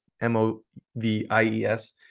M-O-V-I-E-S